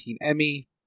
Emmy